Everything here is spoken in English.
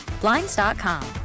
Blinds.com